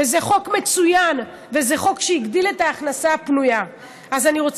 וזה חוק מצוין, וזה חוק שיגדיל את ההכנסה הפנויה.